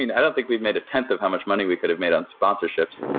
mean, i don't think we've made a tenth of how much money we could have made on sponsorships,